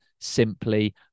simply